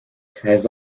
has